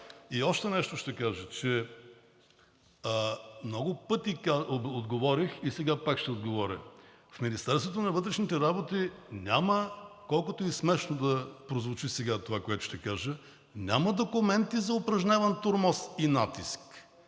И още нещо ще кажа, че много пъти отговорих и сега пак ще отговоря. В Министерството на вътрешните работи няма, колкото и смешно да прозвучи това, което сега ще кажа, няма документи за упражняван тормоз и натиск